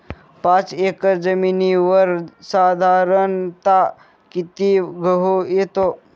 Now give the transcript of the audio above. पाच एकर जमिनीवर साधारणत: किती गहू येतो?